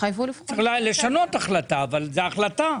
צריך לשנות החלטה, אבל זאת החלטה.